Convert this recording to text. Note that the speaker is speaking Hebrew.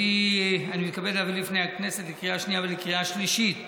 אני מתכבד להביא בפני הכנסת לקריאה שנייה ולקריאה שלישית